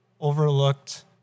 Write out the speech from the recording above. overlooked